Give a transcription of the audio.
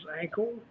ankle